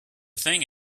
thing